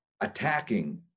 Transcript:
attacking